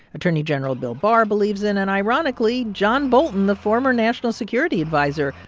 attorney general bill barr believes in and, ironically, john bolton, the former national security adviser,